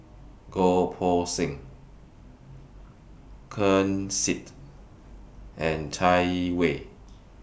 Goh Poh Seng Ken Seet and Chai Yee Wei